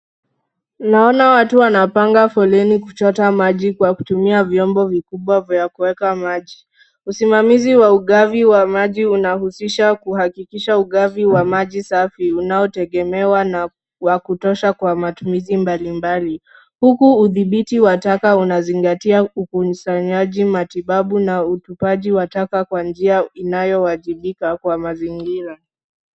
Naona watu wanapanga foleni kuchota maji kwa kutumia vyombo vikubwa vya kuweka maji. Usimamizi wa ugavi wa maji unahusisha kuhakikisha ugavi wa maji safi unaotegemewa na wa kutosha kwa matumizi mbalimbali. Huku udhibiti wa taka unazingatia ukusanyaji ,matibabu na utupaji wa taka kwa njia inayowajibika kwa mazingira.